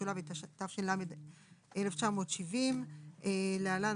התש"ל-1970 (להלן,